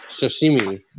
sashimi